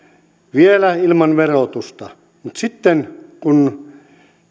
vielä ilman verotusta mutta sitten kun